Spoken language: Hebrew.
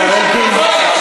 השר אלקין.